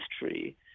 history